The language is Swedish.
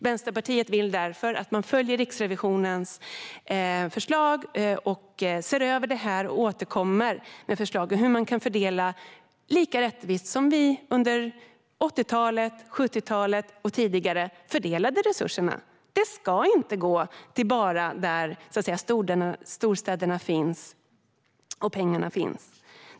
Vänsterpartiet vill därför att man följer Riksrevisionens förslag att se över detta och återkommer med förslag på hur man kan fördela resurserna lika rättvist som vi gjorde under 80-talet och dessförinnan. Det ska inte gå bara dit där storstäderna och pengarna finns.